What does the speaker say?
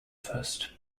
first